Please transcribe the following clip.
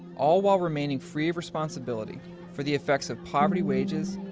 all while remaining free of responsibility for the effects of poverty wages,